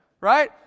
right